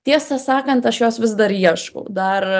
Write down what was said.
tiesą sakant aš jos vis dar ieškau dar